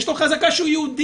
יש לו חזקה שהוא יהודי.